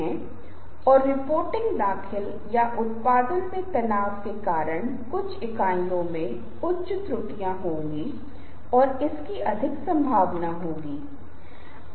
शुरू में वे इसे गुप्त रूप से करेंगे लेकिन एक अंक के बाद वे आपको यह बताना चाहेंगे कि वे वास्तव में ऊब रहे हैं और वे सार्वजनिक रूप से जम्हाई लेंगे